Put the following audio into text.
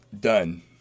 Done